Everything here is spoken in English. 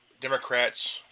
Democrats